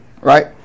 right